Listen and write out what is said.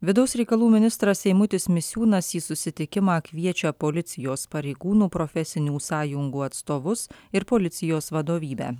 vidaus reikalų ministras eimutis misiūnas į susitikimą kviečia policijos pareigūnų profesinių sąjungų atstovus ir policijos vadovybę